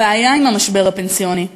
הבעיה עם המשבר הפנסיוני היא,